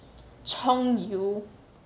葱油